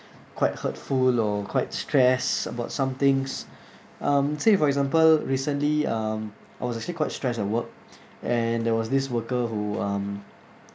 quite hurtful or quite stressed about some things um say for example recently um I was actually quite stressed at work and there was this worker who um